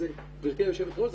גברתי היושבת-ראש,